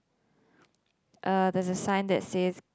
uh there's a sign that says